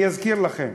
אני אזכיר לכם.